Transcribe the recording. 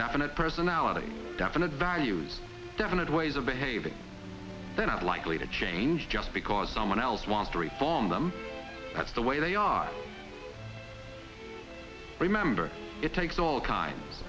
definite personality definite values definite ways of behaving they're not likely to change just because someone else wants to reform them that's the way they are remember it takes all